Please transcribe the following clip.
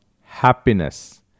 happiness